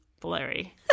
blurry